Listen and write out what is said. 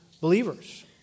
believers